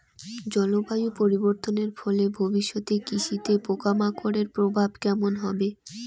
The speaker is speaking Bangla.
জলবায়ু পরিবর্তনের ফলে ভবিষ্যতে কৃষিতে পোকামাকড়ের প্রভাব কেমন হবে?